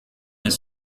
his